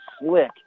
slick